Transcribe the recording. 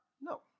No